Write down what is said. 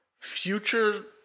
future